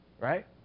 Right